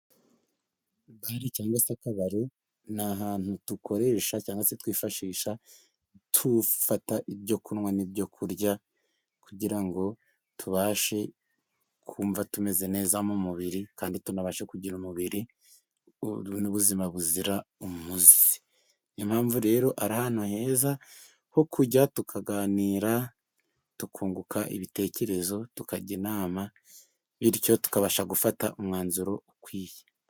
Bare cyangwa se akabari ni ahantu dukoresha cyangwa se twifashisha dufata ibyo kunywa n'ibyo kurya, kugira ngo tubashe kumva tumeze neza mu mubiri, kandi tunabashe kugira umubiri n'ubuzima buzira umuze, ni yo impamvu rero ari ahantu heza ho kujya tukaganira, tukunguka ibitekerezo, tukajya inama bityo tukabasha gufata umwanzuro ukwiye.